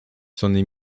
sony